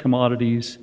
commodities